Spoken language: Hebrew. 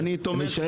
אני תומך